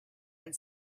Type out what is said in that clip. and